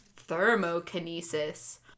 Thermokinesis